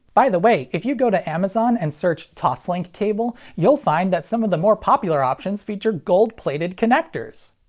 by the way. if you go to amazon and search toslink cable you'll find that some of the more popular options feature gold-plated connectors.